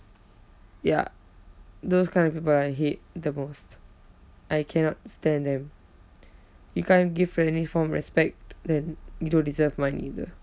ya those kind of people I hate the most I cannot stand them you can't give any form of respect then you don't deserve mine either